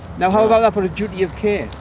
now how about that for a duty of care?